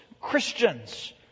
Christians